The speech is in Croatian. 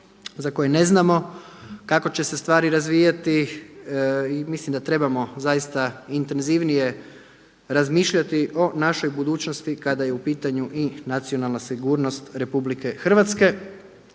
za koje ne znamo kako će se stvari razvijati i mislim da trebamo zaista intenzivnije razmišljati o našoj budućnosti kada je u pitanju i nacionalna sigurnost RH. Od nas